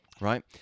Right